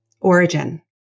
origin